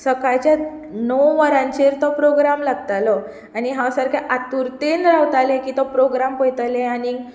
सकाळचे णव वरांचेर तो प्रोग्राम लागतालो आनी हांव सारकें आतुर्तेन रावतालें की तो प्रोग्राम पळयतलें आनी